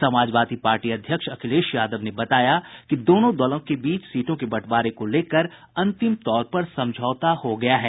Samajwadi party अध्यक्ष अखिलेश यादव ने बताया कि दोनों दलों के बीच सीटों के बंटवारों को लेकर अंतिम तौर पर समझौता हो गया है